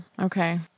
okay